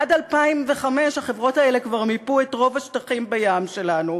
עד 2005 החברות האלה כבר מיפו את רוב השטחים בים שלנו,